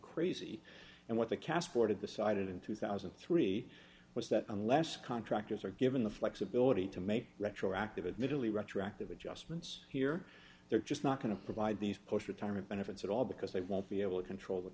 crazy and what the cast bored of the side in two thousand and three was that unless contractors are given the flexibility to make retroactive admittedly retroactive adjustments here they're just not going to provide these push retirement benefits at all because they won't be able to control the